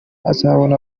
azabona